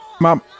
Mom